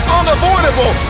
unavoidable